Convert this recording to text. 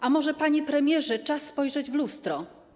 A może, panie premierze, czas spojrzeć w lustro?